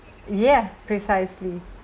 yeah precisely